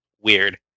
weird